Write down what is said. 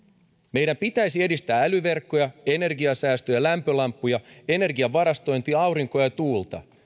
meidän pitäisi edistää älyverkkoja energiansäästöä lämpöpumppuja energian varastointia aurinkoa ja tuulta